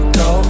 go